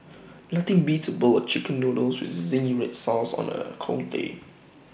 nothing beats A bowl of Chicken Noodles with Zingy Red Sauce on A cold day